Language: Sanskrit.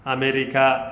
अमेरिका